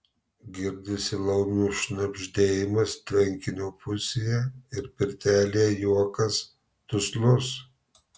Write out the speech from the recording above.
girdisi laumių šnabždėjimas tvenkinio pusėje ir pirtelėje juokas duslus